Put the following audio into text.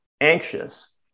anxious